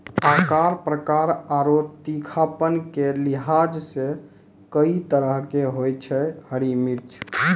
आकार, प्रकार आरो तीखापन के लिहाज सॅ कई तरह के होय छै हरी मिर्च